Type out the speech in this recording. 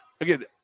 again